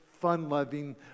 fun-loving